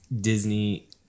Disney